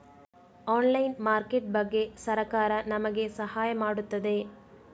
Online market ಬಗ್ಗೆ ಸರಕಾರ ನಮಗೆ ಸಹಾಯ ಮಾಡುತ್ತದೆ?